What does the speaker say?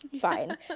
Fine